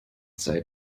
sei